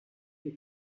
des